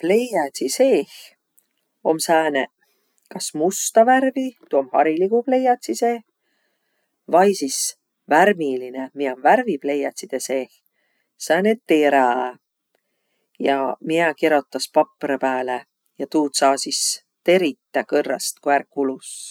Pleiädsi seeh om sääne kas musta värvi, tuu om hariligu pleiädsi seeh, vai sis värviline, miä om värvipleiätside seeh, sääne terä, ja, miä kirotas paprõ pääle. Ja tuud saa sis teritäq kõrrast, ku ärq kulus.